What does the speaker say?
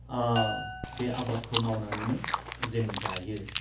बे आबादखौ मावनानैनो जों जायो